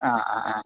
ആ ആ ആ